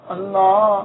Allah